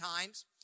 times